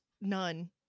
none